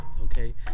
okay